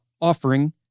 offering